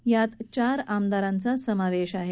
यात चार आमदारांचाही समावेश आहे